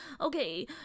Okay